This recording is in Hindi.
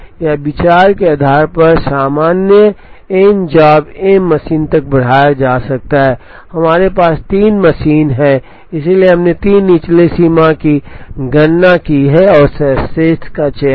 यह विचार के आधार पर सामान्य एन जॉब एम मशीन तक बढ़ाया जा सकता है हमारे पास 3 मशीनें हैं इसलिए हमने 3 निचले सीमा की गणना की और सर्वश्रेष्ठ का चयन किया